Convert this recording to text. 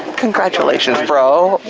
congratulations, bro!